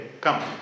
Come